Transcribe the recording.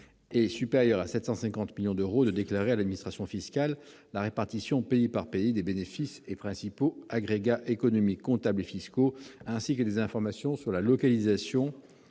est supérieur à 750 millions d'euros, de déclarer à l'administration fiscale la répartition, pays par pays, des bénéfices et principaux agrégats économiques, comptables et fiscaux, ainsi que de communiquer des informations sur la localisation